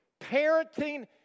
parenting